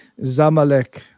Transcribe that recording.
Zamalek